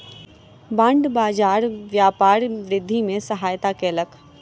bond बाजार व्यापार वृद्धि में सहायता केलक